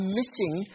missing